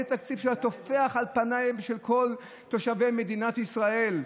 תקציב שטופח על פניהם של כל תושבי מדינת ישראל.